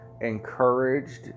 encouraged